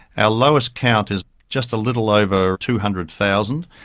our lowest count is just a little over two hundred thousand,